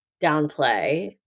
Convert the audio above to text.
downplay